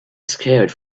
scarred